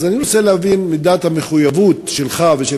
אז אני רוצה להבין את מידת המחויבות שלך ושל